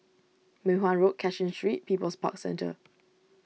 Mei Hwan Road Cashin Street People's Parks Centre